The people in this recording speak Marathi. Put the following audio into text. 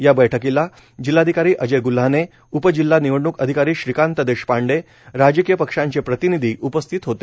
या बैठकीला जिल्हाधिकारी अजय ग्ल्हाने उप जिल्हा निवडणूक अधिकारी श्रीकांत देशपांडे राजकीय पक्षांचे प्रतिनिधी उपस्थित होते